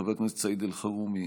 חבר הכנסת סעיד אלחרומי,